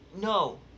No